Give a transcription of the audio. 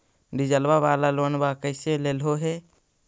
डीजलवा वाला लोनवा कैसे लेलहो हे?